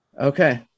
Okay